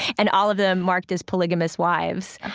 and all of them marked as polygamist wives.